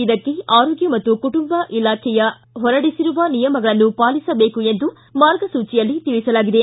ಇದಕ್ಕೆ ಆರೋಗ್ಯ ಮತ್ತು ಕುಟುಂಬ ಇಲಾಖೆ ಹೊರಡಿಸಿರುವ ನಿಯಮಗಳನ್ನು ಪಾಲಿಸಬೇಕು ಎಂದು ಮಾರ್ಗಸೂಚಿಯಲ್ಲಿ ತಿಳಿಸಲಾಗಿದೆ